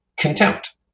Contempt